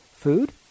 Food